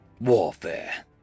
warfare